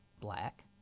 black